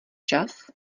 čas